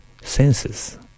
senses